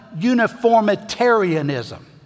uniformitarianism